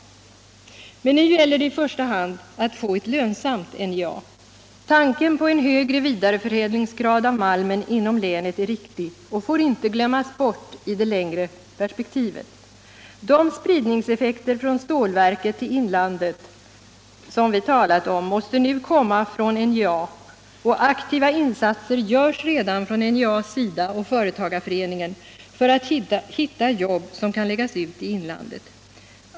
Men nu gäller det att i första hand få ett lönsamt NJA. Tanken på en högre grad av vidareförädling av malmen inom länet är riktig och får ej glömmas bort i det längre perspektivet. De spridningseffekter från stålverket till inlandet som vi talat om måste nu komma från NJA. Aktiva insatser görs redan nu från NJA och företagarföreningen för att hitta jobb som kan läggas ut i inlandet.